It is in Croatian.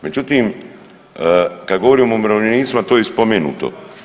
Međutim, kad govorimo o umirovljenicima to je i spomenuto.